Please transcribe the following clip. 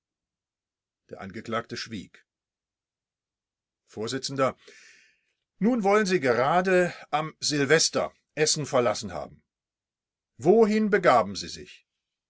der angeklagte schwieg vors nun wollen sie gerade am silvester essen verlassen haben wohin begaben sie sich